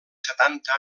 setanta